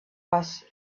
was